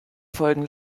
folgen